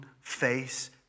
face